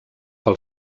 pel